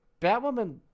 Batwoman